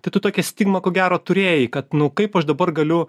tad tokią stigmą ko gero turėjai kad nu kaip aš dabar galiu